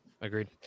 agreed